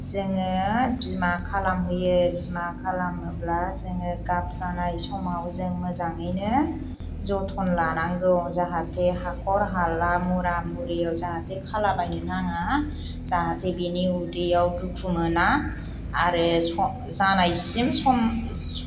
जोङो बिमा खालामहोयो बिमा खालामोब्ला जोङो गाब जानाय समाव जों मोजाङैनो जोथोन लानांगौ जाहाथे हाखर हाला मुरा मुरिआव जाहाथे खालाबायनो नाङा जाहाथे बिनि उदैयाव दुखु मोना आरो जानायसिम सम